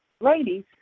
ladies